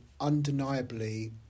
undeniably